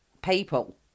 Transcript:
people